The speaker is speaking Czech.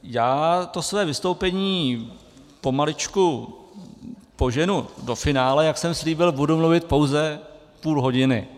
Já to své vystoupení pomaličku poženu do finále, jak jsem slíbil, budu mluvit pouze půl hodiny.